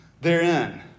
therein